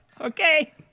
Okay